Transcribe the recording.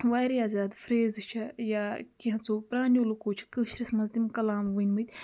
واریاہ زیادٕ پھرٛیزٕ چھےٚ یا کینٛژھو پرٛانیو لُکو چھِ کٲشرِس منٛز تِم کَلام ؤنۍمٕتۍ